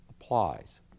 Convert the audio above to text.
applies